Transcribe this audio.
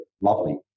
lovely